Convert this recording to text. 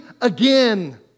again